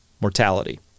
mortality